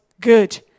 good